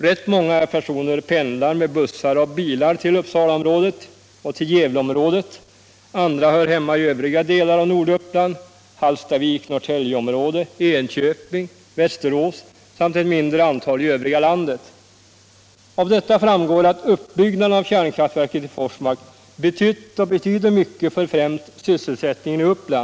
Rätt många pendlar med bussar och bilar till Uppsalaområdet och till Gävleområdet, andra hör hemma i olika delar av Norduppland, i Hallstavik-Norrtäljeområdet, Enköping, en del i Västerås samt ett mindre antal i övriga landet. Nr 25 Av detta framgår att uppbyggnaden av kärnkraftverket i Forsmark Torsdagen den betytt och betyder mycket för främst sysselsättningen i Uppland.